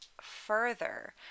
further